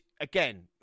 again